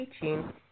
teaching